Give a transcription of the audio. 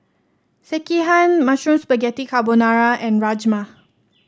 Sekihan Mushroom Spaghetti Carbonara and Rajma